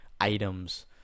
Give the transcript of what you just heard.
items